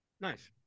Nice